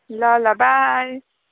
ल ल बाई